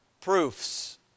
proofs